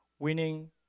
winning